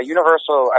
Universal